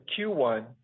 Q1